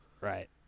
Right